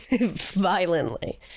Violently